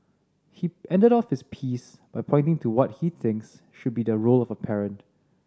he ended off his piece by pointing to what he thinks should be the role of a parent